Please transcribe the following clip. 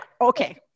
okay